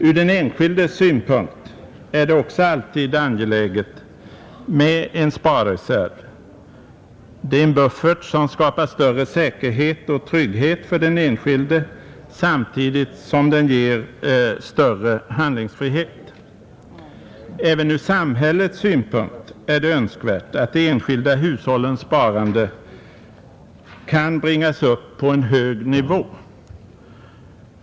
Ur den enskildes synpunkt är det också alltid angeläget med en sparreserv — den är en buffert som skapar större säkerhet och trygghet för den enskilde samtidigt som den ger honom större handlingsfrihet. Även ur samhällets synpunkt är det önskvärt att de enskilda hushållens sparande kan bringas upp på en hög nivå.